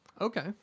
Okay